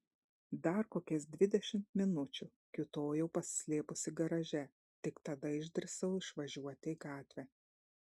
dar kokias dvidešimt minučių kiūtojau pasislėpusi garaže tik tada išdrįsau išvažiuoti į gatvę